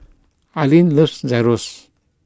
Ilene loves Gyros